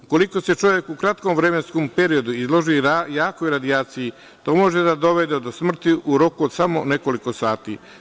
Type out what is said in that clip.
Ukoliko se čovek u kratkom vremenskom periodu izloži jakoj radijaciji, to može da dovede do smrti u roku od samo nekoliko sati.